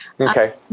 okay